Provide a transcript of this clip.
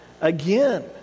again